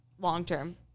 long-term